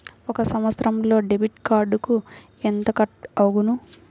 ఒక సంవత్సరంలో డెబిట్ కార్డుకు ఎంత కట్ అగును?